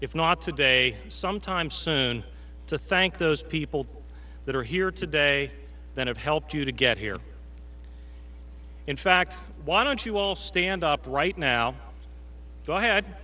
if not today sometime soon to thank those people that are here today that have helped you to get here in fact why don't you all stand up right now go